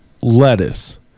lettuce